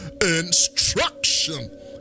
instruction